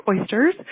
oysters